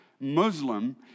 Muslim